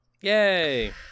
yay